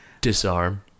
Disarm